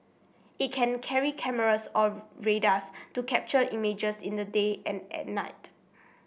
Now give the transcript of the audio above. it can carry cameras or radars to capture images in the daytime and at night